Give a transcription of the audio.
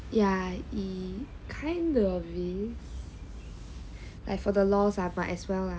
ya he kind of is for the LOL lah might as well lah